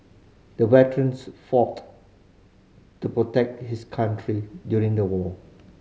the veterans fought to protect his country during the war